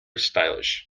stylish